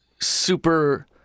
super